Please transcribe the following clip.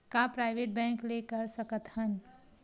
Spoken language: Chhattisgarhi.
का प्राइवेट बैंक ले कर सकत हन?